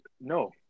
no